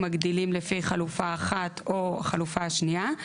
מגדילים לפי חלופה אחת או חלופה שניה,